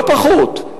לא פחות,